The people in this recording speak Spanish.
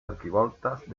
arquivoltas